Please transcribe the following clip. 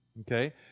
okay